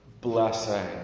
blessing